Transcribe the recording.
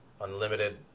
unlimited